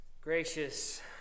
Gracious